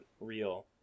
real